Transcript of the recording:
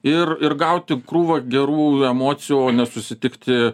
ir ir gauti krūvą gerų emocijų o ne susitikti